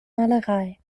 malerei